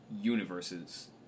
universes